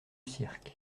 cirque